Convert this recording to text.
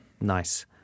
Nice